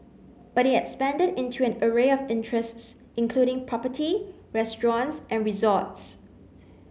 but it expanded into an array of interests including property restaurants and resorts